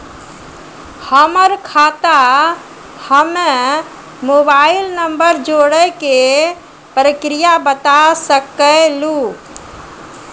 हमर खाता हम्मे मोबाइल नंबर जोड़े के प्रक्रिया बता सकें लू?